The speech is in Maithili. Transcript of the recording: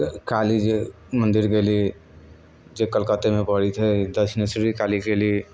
तऽ कालीजी मन्दिर गेली जे कलकत्तेमे पड़ैत हइ दक्षिणेश्वरी काली गेली